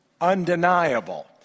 undeniable